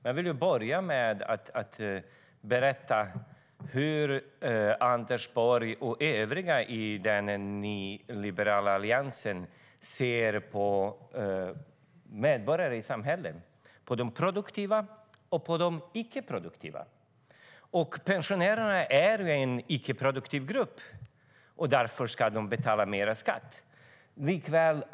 Jag vill börja med att berätta hur Anders Borg och övriga i den nyliberala Alliansen ser på medborgare i samhället, på de produktiva och på de icke-produktiva. Pensionärerna är en icke-produktiv grupp. Därför ska de betala mer skatt.